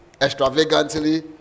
extravagantly